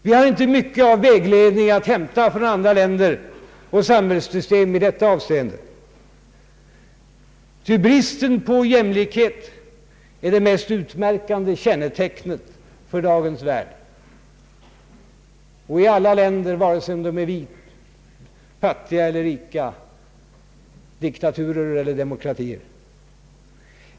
Vi har inte mycket av vägledning att hämta från andra länder och samhällssystem i detta avseende, ty bristen på jämlikhet är det mest utmärkande kännetecknet för dagens värld. Det gäller alla länder, vare sig de är fattiga eller rika, diktaturer eller demokratier.